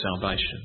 salvation